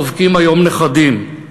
החובקים היום נכדים,